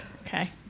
okay